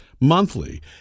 monthly